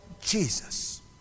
Jesus